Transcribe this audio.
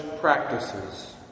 practices